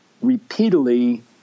repeatedly